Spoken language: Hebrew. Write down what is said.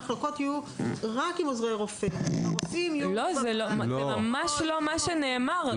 המחלקות יהיו רק עם עוזרי רופא -- זה ממש לא מה שנאמר.